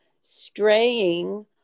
straying